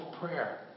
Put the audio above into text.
prayer